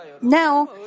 Now